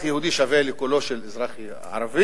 אזרח יהודי שווה לקולו של אזרח ערבי,